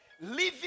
living